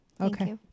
Okay